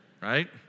Right